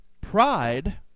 Pride